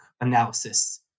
analysis